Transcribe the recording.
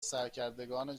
سرکردگان